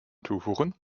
toevoegen